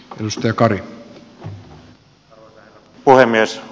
arvoisa herra puhemies